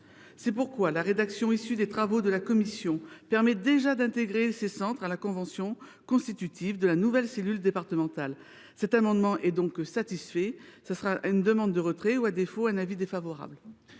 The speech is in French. maltraitance. La rédaction issue des travaux de la commission permet déjà d’intégrer ces centres à la convention constitutive de la nouvelle cellule départementale. Cet amendement étant satisfait, la commission en demande le retrait ; à défaut, elle y sera défavorable.